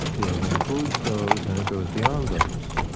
it includes those and it goes beyond those.